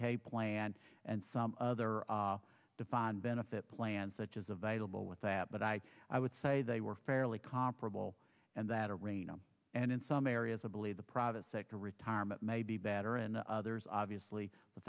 k plan and some other defined benefit plans such is available with that but i i would say they were fairly comparable and that arena and in some areas i believe the private sector retirement may be better in others obviously the